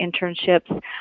internships